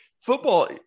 football